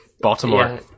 Baltimore